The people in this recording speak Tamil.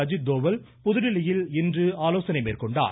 அஜித் தோவல் புதுதில்லியில் இன்று ஆலோசனை மேற்கொண்டார்